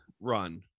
run